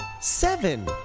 Seven